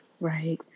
Right